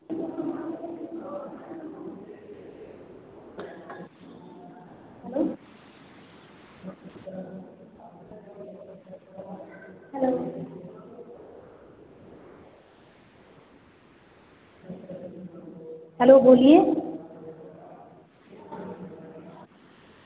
hello बोलिए